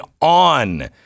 on